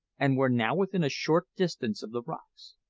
and were now within a short distance of the rocks.